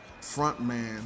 Frontman